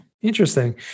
Interesting